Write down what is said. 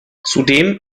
zudem